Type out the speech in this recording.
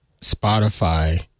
Spotify